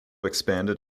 expanded